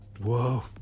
Whoa